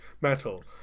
metal